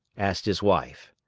asked his wife.